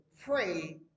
pray